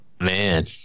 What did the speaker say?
man